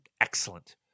Excellent